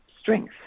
strength